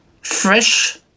fresh